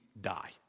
die